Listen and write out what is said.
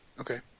Okay